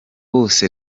bose